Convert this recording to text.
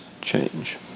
change